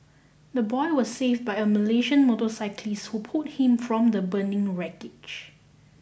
the boy was saved by a Malaysian motorcyclist who pulled him from the burning wreckage